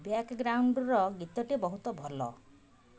ବ୍ୟାକ୍ଗ୍ରାଉଣ୍ଡ୍ର ଗୀତଟି ବହୁତ ଭଲ